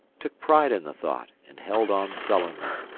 took pride in the thought, and held on sullenly.